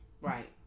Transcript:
Right